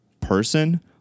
person